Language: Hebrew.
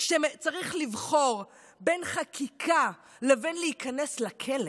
כשצריך לבחור בין חקיקה לבין להיכנס לכלא,